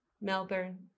Melbourne